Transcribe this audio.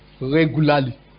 regularly